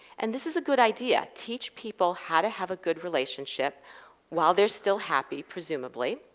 and this is a good idea teach people how to have a good relationship while they are still happy, presumably.